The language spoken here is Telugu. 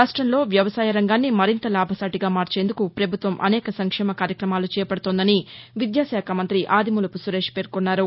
రాష్టంలో వ్యవసాయరంగాన్ని మరింత లాభసాటిగా మార్చేందుకు పభుత్వం అనేక సంక్షేమ కార్యక్రమాలు చేపడుతోందని విద్యాశాఖా మంత్రి ఆదిమూలపు సురేష్ పేర్కోన్నారు